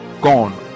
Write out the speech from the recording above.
gone